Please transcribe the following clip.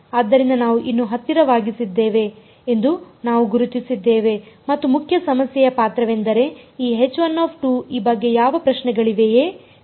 ಆದ್ದರಿಂದ ನಾವು ಇನ್ನು ಹತ್ತಿರವಾಗಿಸಿದ್ದೇವೆ ಎಂದು ನಾವು ಗುರುತಿಸಿದ್ದೇವೆ ಮತ್ತು ಮುಖ್ಯ ಸಮಸ್ಯೆಯ ಪಾತ್ರವೆಂದರೆ ಈ ಈ ಬಗ್ಗೆ ಯಾವುದೇ ಪ್ರಶ್ನೆಗಳಿವೆಯೇ